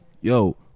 Yo